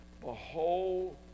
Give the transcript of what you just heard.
Behold